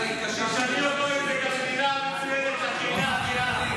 תשאלי את אבי מעוז אם מדינה מצוינת היא מדינה ענייה.